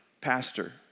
pastor